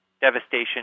devastation